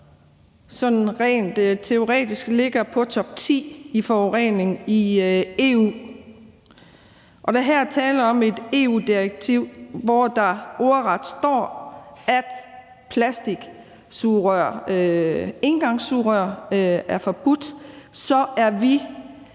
sådan rent teoretisk ligger i topti i forhold til forureningen i EU, og der er her tale om et EU-direktiv, hvor der ordret står, at plastiksugerør, engangssugerør, er forbudt, og så er vi